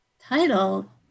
title